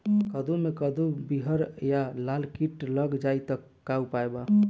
कद्दू मे कद्दू विहल या लाल कीट लग जाइ त का उपाय बा?